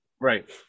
Right